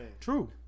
True